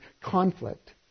conflict